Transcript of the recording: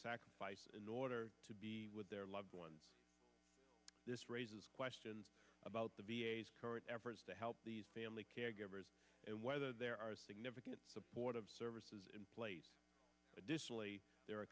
sacrifices in order to be with their loved one this raises questions about the current efforts to help these family caregivers and whether there are significant support of services in place additionally there are